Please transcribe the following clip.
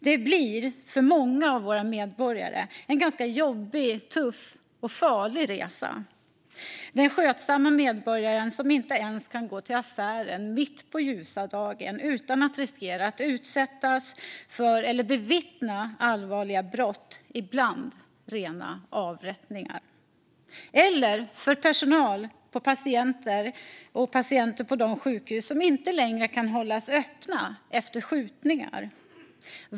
Det blir för många av våra medborgare en ganska jobbig, tuff och farlig resa - för den skötsamma medborgaren som inte ens kan gå till affären mitt på ljusa dagen utan att riskera att utsättas för eller bevittna allvarliga brott, ibland rena avrättningar, eller för personal och patienter på de sjukhus som inte längre kan hållas öppna efter skjutningar.